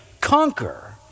conquer